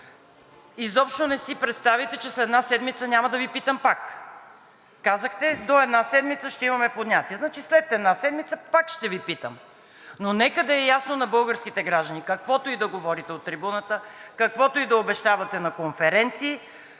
Изобщо не си представяйте, че след една седмица няма да Ви питам пак. Казахте до една седмица ще имаме понятие. Значи, след една седмица пак ще Ви питам. Нека да е ясно на българските граждани – каквото и да говорите от трибуната, каквото и да обещавате на конференции